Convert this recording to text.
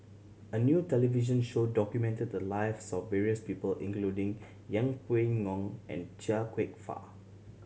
a new television show documented the lives of various people including Yeng Pway Ngon and Chia Kwek Fah